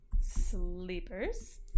sleepers